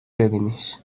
ببینیش